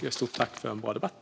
Ett stort tack för en bra debatt!